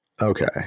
okay